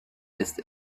ist